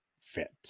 fit